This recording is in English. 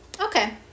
Okay